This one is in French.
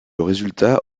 résultat